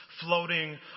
floating